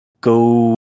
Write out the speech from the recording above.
go